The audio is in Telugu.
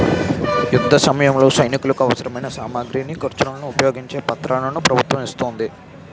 యుద్ధసమయంలో సైనికులకు అవసరమైన సామగ్రిని, ఖర్చులను ఉపయోగించే పత్రాలను ప్రభుత్వం ఇస్తోంది